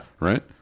Right